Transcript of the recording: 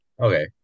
okay